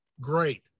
great